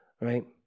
right